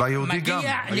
והיהודי גם.